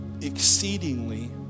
exceedingly